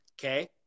Okay